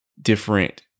different